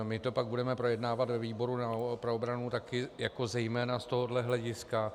My to pak budeme projednávat ve výboru pro obranu taky jako zejména z tohohle hlediska.